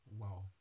Wow